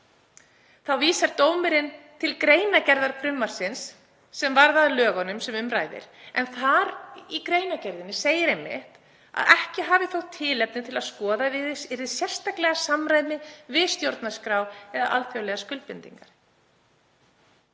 Þá vísar dómurinn til greinargerðar frumvarpsins sem varð að lögunum sem um ræðir en í greinargerðinni segir einmitt að ekki hafi þótt tilefni til að skoðað yrði sérstaklega samræmi við stjórnarskrá eða alþjóðlegar skuldbindingar.